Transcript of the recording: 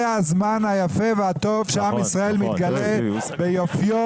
זה הזמן היפה והטוב שעם ישראל מתגלה ביופיו,